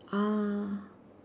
ah